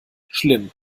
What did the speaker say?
schlimm